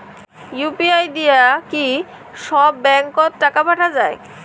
UPI দিয়া কি সব ব্যাংক ওত টাকা পাঠা যায়?